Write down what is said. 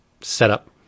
setup